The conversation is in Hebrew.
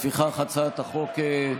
לפיכך, הצעת חוק-יסוד: